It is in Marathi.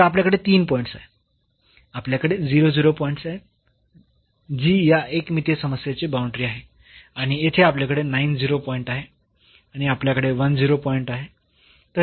तर आपल्याकडे तीन पॉईंट्स आहेत आपल्याकडे पॉईंट्स आहेत जी या एकमितीय समस्येचे बाऊंडरी आहे आणि येथे आपल्याकडे पॉईंट आहे आणि आपल्याकडे पॉईंट आहे